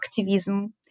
activism